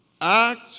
Act